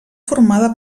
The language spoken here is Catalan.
formada